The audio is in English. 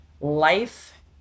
life